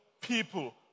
people